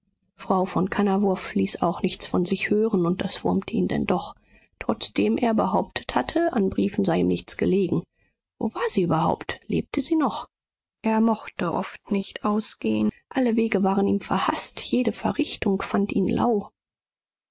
frau von kannawurf ließ auch nichts von sich hören und das wurmte ihn denn doch trotzdem er behauptet hatte an briefen sei ihm nichts gelegen wo war sie überhaupt lebte sie noch er mochte oft nicht ausgehen alle wege waren ihm verhaßt jede verrichtung fand ihn lau